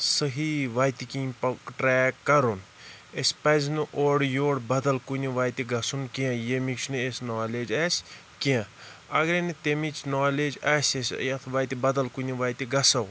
صحیٖح وَتہِ کِنۍ پوٚک ٹریک کَرُن اَسہِ پَزِ نہٕ اورٕ یور بَدَل کُنہِ وَتہِ گَژھُن کینٛہہ یَمِچ نہٕ اَسہِ نالیج آسہِ کینٛہہ اَگَر نہٕ تمِچ نالیج آسہِ اَسہِ یَتھ وَتہِ بَدَل کُنہِ وَتہِ گَژھَو